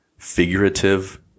Figurative